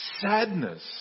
sadness